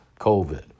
COVID